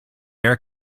air